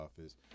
office